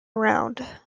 around